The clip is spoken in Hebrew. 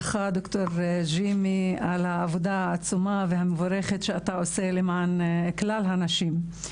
ברכה לדר' ג'ים על העבודה העצומה והמבורכת שאתה עושה למען כלל הנשים.